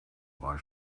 why